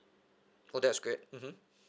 oh that's great mmhmm